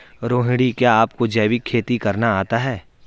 रोहिणी, क्या आपको जैविक खेती करना आता है?